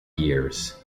years